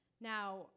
Now